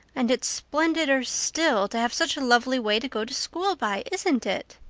and it's splendider still to have such a lovely way to go to school by, isn't it?